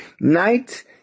night